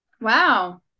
Wow